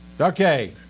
Okay